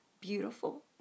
beautiful